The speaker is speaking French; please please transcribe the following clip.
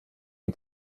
est